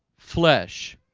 flesh